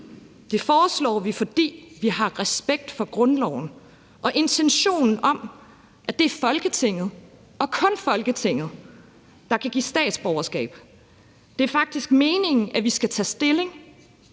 Det foreslår vi, fordi vi har respekt for grundloven og intentionen om, at det er Folketinget og kun Folketinget, der kan give statsborgerskab. Det er faktisk meningen, at vi skal tage stilling.